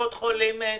קופות חולים,